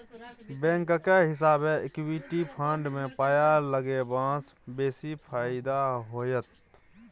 बैंकक हिसाबैं equity fund मे पाय लगेबासँ बेसी फायदा होइत